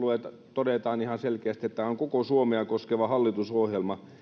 todetaan ihan selkeästi että tämä on koko suomea koskeva hallitusohjelma